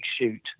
shoot